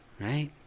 right